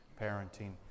parenting